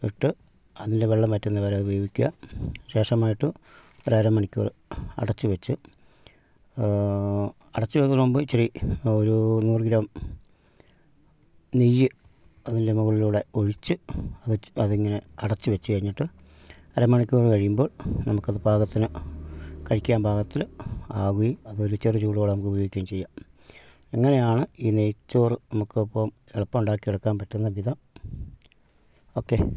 ഇട്ട് അതിൻ്റെ വെള്ളം വറ്റുന്നത് വരെ അത് വേവിക്കുക ശേഷമായിട്ട് ഒരു അര മണിക്കൂർ അടച്ചുവെച്ച് അടച്ചു വയ്ക്കുന്നതിന് മുമ്പ് ഇത്തിരി ഒരു നൂറ് ഗ്രാം നെയ്യ് അതിൻ്റെ മുകളിലൂടെ ഒഴിച്ച് അതിങ്ങനെ അടച്ചു വെച്ച് കഴിഞ്ഞിട്ട് അര മണിക്കൂർ കഴിയുമ്പോൾ നമുക്കത് പാകത്തിന് കഴിക്കാൻ പാകത്തിന് ആകുകയും അതൊരു ചെറുചൂടോടെ നമുക്ക് ഉപയോഗിക്കുകയും ചെയ്യാം അങ്ങനെയാണ് ഈ നെയ്ച്ചോറ് നമുക്ക് ഇപ്പോൾ എളുപ്പം ഉണ്ടാക്കിയെടുക്കാൻ പറ്റുന്ന വിധം ഓക്കെ